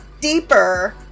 deeper